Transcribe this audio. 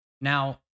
Now